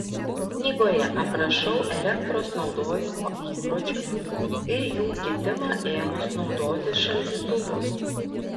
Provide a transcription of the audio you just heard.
knygoje aprašau elektros naudojimo įpročius ir jų kitimą ėmus naudoti šaldytuvus